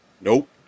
nope